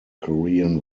korean